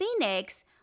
Phoenix